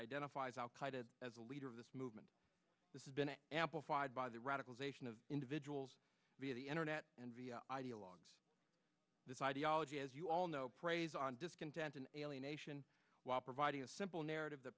identifies al qaeda as a leader of this movement this is been an amplified by the radicalization of individuals via the internet and ideologues this ideology as you all know preys on discontent and alienation while providing a simple narrative th